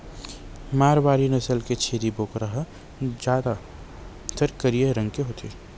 मारवारी नसल के छेरी बोकरा ह जादातर करिया रंग के होथे